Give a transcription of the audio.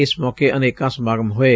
ਇਸ ਮੌਕੇ ਅਨੇਕਾਂ ਸਮਾਗਮ ਹੋਏ